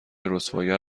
رسواگر